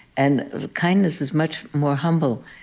and kindness is much more humble.